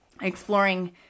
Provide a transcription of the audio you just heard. exploring